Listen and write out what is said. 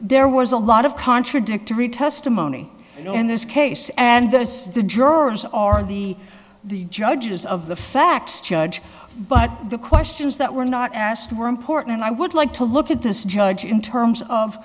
there was a lot of contradictory testimony in this case and that is the jurors are the the judges of the facts judge but the questions that were not asked were important and i would like to look at this judge in terms of